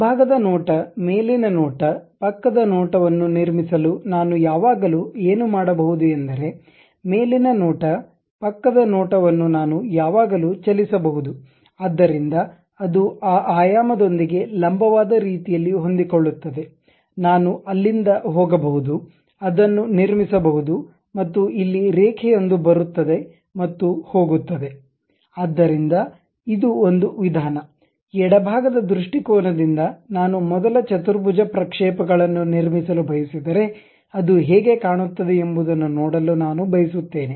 ಮುಂಭಾಗದ ನೋಟ ಮೇಲಿನ ನೋಟ ಪಕ್ಕದ ನೋಟ ವನ್ನು ನಿರ್ಮಿಸಲು ನಾನು ಯಾವಾಗಲೂ ಏನು ಮಾಡಬಹುದು ಎಂದರೆ ಮೇಲಿನ ನೋಟ ಪಕ್ಕದ ನೋಟ ವನ್ನು ನಾನು ಯಾವಾಗಲೂ ಚಲಿಸಬಹುದು ಆದ್ದರಿಂದ ಅದು ಆ ಆಯಾಮದೊಂದಿಗೆ ಲಂಬವಾದ ರೀತಿಯಲ್ಲಿ ಹೊಂದಿಕೊಳ್ಳುತ್ತದೆ ನಾನು ಅಲ್ಲಿಂದ ಹೋಗಬಹುದು ಅದನ್ನು ನಿರ್ಮಿಸಬಹುದು ಮತ್ತು ಇಲ್ಲಿ ರೇಖೆಯೊಂದು ಬರುತ್ತದೆ ಮತ್ತು ಹೋಗುತ್ತದೆ ಆದ್ದರಿಂದ ಇದು ಒಂದು ವಿಧಾನ ಎಡಭಾಗದ ದೃಷ್ಟಿಕೋನದಿಂದ ನಾನು ಮೊದಲ ಚತುರ್ಭುಜ ಪ್ರಕ್ಷೇಪಗಳನ್ನು ನಿರ್ಮಿಸಲು ಬಯಸಿದರೆ ಅದು ಹೇಗೆ ಕಾಣುತ್ತದೆ ಎಂಬುದನ್ನು ನೋಡಲು ನಾನು ಬಯಸುತ್ತೇನೆ